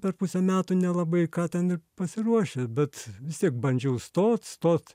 per pusę metų nelabai ką ten ir pasiruoši bet vis tiek bandžiau stot stot